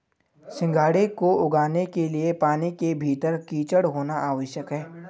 सिंघाड़े को उगाने के लिए पानी के भीतर कीचड़ होना आवश्यक है